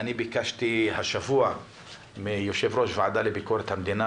ביקשתי השבוע מיושב-ראש הוועדה לענייני ביקורת המדינה,